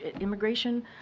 immigration